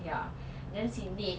ya then she need